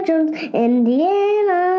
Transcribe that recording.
Indiana